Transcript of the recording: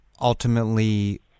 ultimately